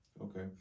Okay